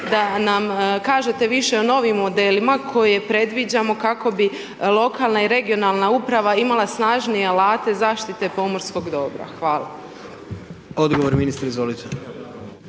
da nam kažete više o novim modelima koje predviđamo kako bi lokalna i regionalna uprava imala snažnije alate zaštite pomorskog dobra. Hvala. **Jandroković,